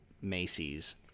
Macy's